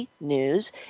news